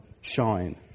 shine